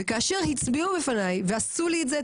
וכאשר הצביעו בפני ועשו לי את זה,